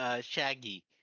Shaggy